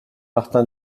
martin